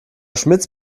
schmitz